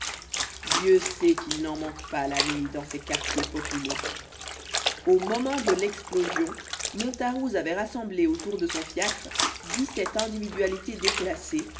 dieu sait qu'il n'en manque pas la nuit dans ces quartiers populeux au moment de l'explosion montaroux avait rassemblé autour de son fiacre dix-sept individualités déclassées